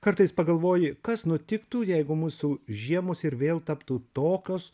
kartais pagalvoji kas nutiktų jeigu mūsų žiemos ir vėl taptų tokios